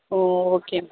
ஓ ஓகேங்க